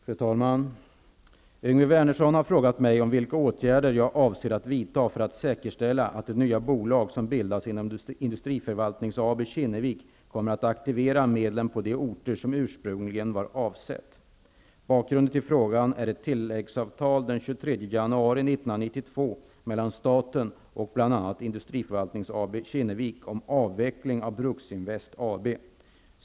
Fru talman! Yngve Wernersson har frågat mig om vilka åtgärder jag avser att vidta för att säkerställa att det nya bolag som bildades inom Industriförvaltnings AB Kinnevik kommer att aktivera medlen på de orter som ursprungligen var avsedda. Bakgrunden till frågan är ett tilläggsavtal den 23 Bruksinvest AB.